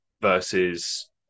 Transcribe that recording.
versus